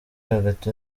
hagati